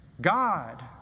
God